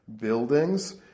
buildings